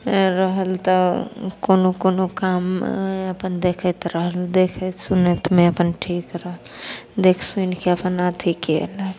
रहल तऽ कोनो कोनो काम अपन देखैत रहल देखैत सुनैतमे अपन ठीक रहल देख सुनिके अपन अथी केलक